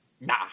nah